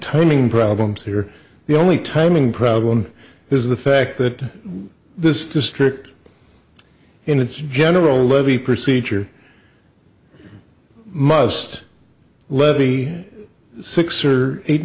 timing problems here the only timing problem is the fact that this district in its general levy procedure must levy six or eight